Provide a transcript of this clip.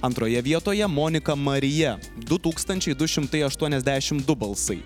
antroje vietoje monika marija du tūkstančiai du šimtai aštuoniasdešimt du balsai